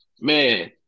man